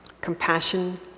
compassion